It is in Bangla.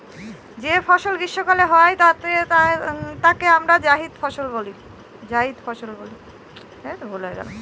যে ফসল গ্রীস্মকালে হয় তাকে আমরা জাইদ ফসল বলি